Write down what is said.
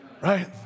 Right